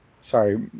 Sorry